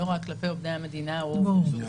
לא רק כלפי עובדי המדינה --- ברור.